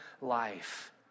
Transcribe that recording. life